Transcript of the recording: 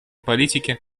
политике